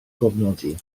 gofnodi